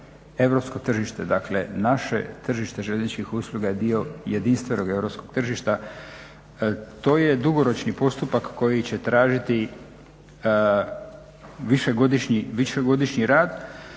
europsko tržište. Dakle naše tržište željezničkih usluga je dio jedinstvenog europskog tržišta. To je dugoročni postupak koji će tražiti višegodišnji rad,